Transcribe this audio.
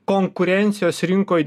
konkurencijos rinkoj